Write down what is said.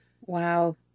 Wow